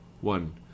One